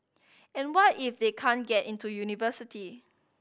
and what if they can't get into university